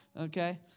Okay